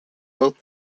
both